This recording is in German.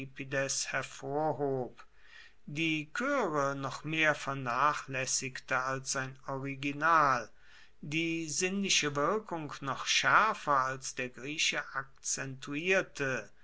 hervorhob die choere noch mehr vernachlaessigte als sein original die sinnliche wirkung noch schaerfer als der grieche akzentuierte